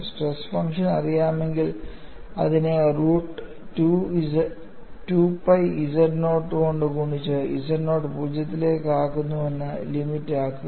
stress function അറിയാമെങ്കിൽ അതിനെ root 2 pi z naught കൊണ്ട് ഗുണിച്ച് z നോട്ട് പൂജ്യത്തിലേക്ക് ആകുന്നുവെന്ന് ലിമിറ്റ് ആക്കുക